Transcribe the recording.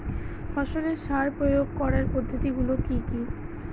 ফসলের সার প্রয়োগ করার পদ্ধতি গুলো কি কি?